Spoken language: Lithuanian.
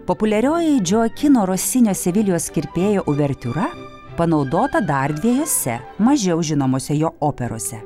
populiarioji džoakino rosinio sevilijos kirpėjo uvertiūra panaudota dar dviejose mažiau žinomose jo operose